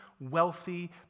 wealthy